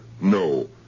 No